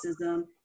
racism